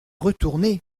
retourner